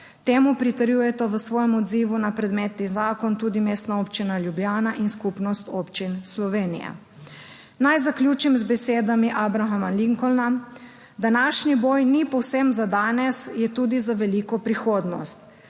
Temu pritrjujeta v svojem odzivu na predmetni zakon tudi Mestna občina Ljubljana in Skupnost občin Slovenije. Naj zaključim z besedami Abrahama Lincolna: današnji boj ni povsem za danes, je tudi za veliko prihodnost.